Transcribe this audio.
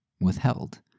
withheld